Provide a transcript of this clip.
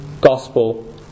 gospel